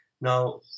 Now